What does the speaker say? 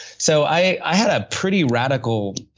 so, i had a pretty radical